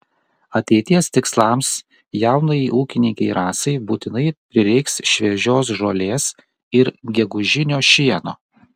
ateities tikslams jaunajai ūkininkei rasai būtinai prireiks šviežios žolės ir gegužinio šieno